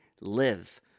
live